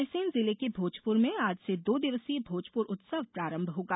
रायसेन जिले के भोजपुर में आज से दो दिवसीय भोजपुर उत्सव प्रारंभ होगा